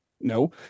No